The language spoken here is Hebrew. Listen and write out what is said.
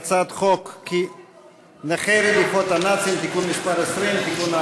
הצעת חוק נכי רדיפות הנאצים (תיקון מס' 20) (תיקון,